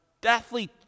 deathly